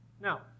Now